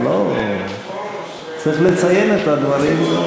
זה לא, צריך לציין את הדברים.